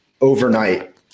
overnight